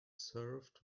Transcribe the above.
served